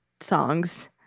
songs